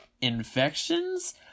Infections